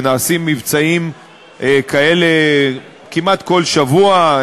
ונעשים מבצעים כאלה כמעט כל שבוע,